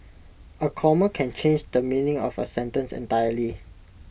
A comma can change the meaning of A sentence entirely